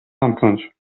zamknąć